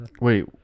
Wait